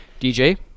DJ